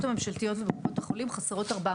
הממשלתיות ובקופות החולים חסרות 400